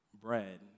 bread